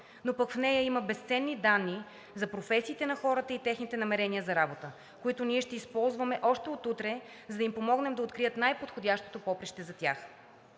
но пък в нея има безценни данни за професиите на хората и техните намерения за работа, които ние ще използваме още от утре, за да им помогнем да открият най подходящото поприще за тях.